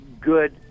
good